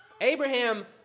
Abraham